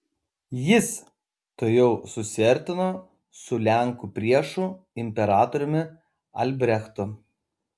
jis tuojau susiartino su lenkų priešu imperatoriumi albrechtu